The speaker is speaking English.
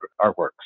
artworks